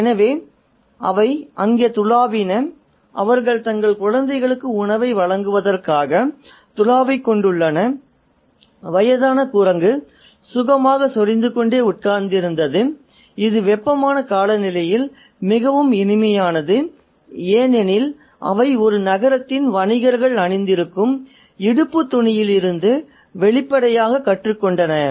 எனவே அவை அங்கே துளாவின அவர்கள் தங்கள் குழந்தைகளுக்கு உணவை வழங்குவதற்காக துளாவிக்கொண்டுள்ளன வயதான குரங்கு சுகமாக சொரிந்து கொண்டே உட்கார்ந்திருந்தது இது வெப்பமான காலநிலையில் மிகவும் இனிமையானது ஏனெனில் அவை ஒரு நகரத்தின் வணிகர்கள் அணிந்திருக்கும் இடுப்பு துணியிலிருந்து வெளிப்படையாகக் கற்றுக்கொண்டன